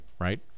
right